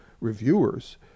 reviewers